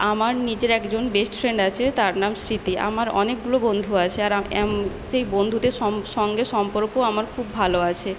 আমার নিজের একজন বেস্ট ফ্রেন্ড আছে তার নাম স্মৃতি আমার অনেকগুলো বন্ধু আছে আর সেই বন্ধুদের সঙ্গে সম্পর্ক আমার খুব ভালো আছে